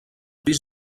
pis